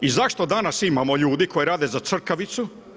I zašto danas imamo ljude koji rade za crkavicu?